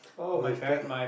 all the string